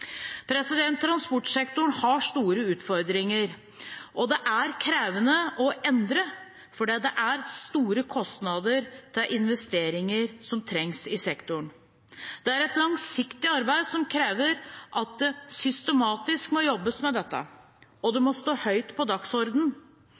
Transportsektoren har store utfordringer, og det er krevende å endre fordi det er store kostnader til investeringer som trengs i sektoren. Det er et langsiktig arbeid som krever at det systematisk må jobbes med dette, og det